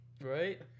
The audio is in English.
right